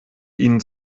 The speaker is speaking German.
ihnen